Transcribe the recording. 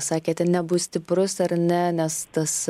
sakėte nebus stiprus ar ne nes tas